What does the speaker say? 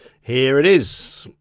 here it is.